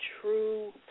true